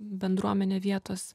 bendruomene vietos